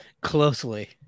closely